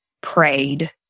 prayed